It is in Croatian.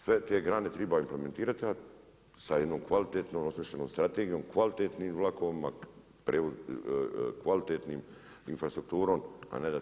Sve te grane triba implementirati sa jednom kvalitetno osmišljenom strategijom, kvalitetnim vlakovima, kvalitetnom infrastrukturom a ne da to.